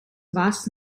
вас